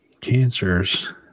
cancers